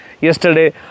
yesterday